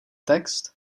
text